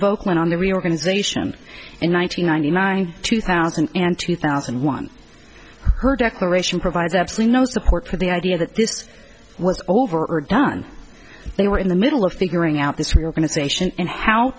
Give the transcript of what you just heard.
of oakland on the reorganization in one nine hundred ninety nine two thousand and two thousand and one her declaration provides absolutely no support for the idea that this was over or done they were in the middle of figuring out this reorganization and how